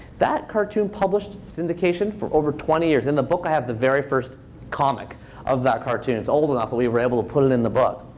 that cartoon published syndication for over twenty years. in the book, i have the very first comic of that cartoon. it's old enough that we were able to put it in the book.